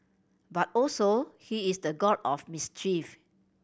but also he is the god of mischief